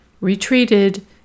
retreated